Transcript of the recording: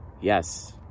yes